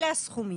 אלה הסכומים.